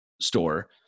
store